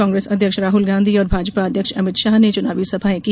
आज कांग्रेस अध्यक्ष राहुल गांधी और भाजपा अध्यक्ष अमित शाह ने चुनावी सभायें की